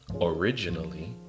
Originally